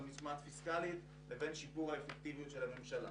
משמעת פיסקלית לבין שיפור האפקטיביות של הממשלה.